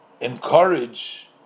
encourage